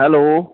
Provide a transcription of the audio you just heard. hello